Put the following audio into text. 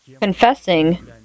Confessing